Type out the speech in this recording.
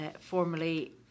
formerly